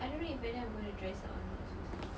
I don't know if whether I'm gonna dress up or not also seh